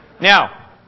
Now